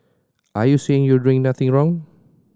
are you saying you're doing nothing wrong